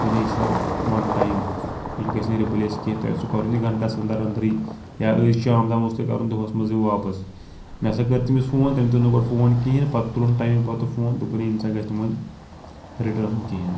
دوٚپُن یہِ چھ آسان وَن ٹایم یہِ گژھِ نہٕ رِپلیس کیٚنٛہہ تۄہہِ اوس یہِ کرُن گنٹَس اندَر اندَرٕے یا أزۍ شام تام اوس تۄہہِ کرُن دۄہَس منٛز یہِ واپَس مےٚ ہسا کٔر تٔمِس فون تٔمۍ تُل نہٕ گۄڈٕ فون کِہِنۍ پتہٕ تُلُن ٹایمہِ پتہٕ فون دوٚپُن ہے یہِ نسا گژھِ وۄنۍ رِٹٲرن کِہِنۍ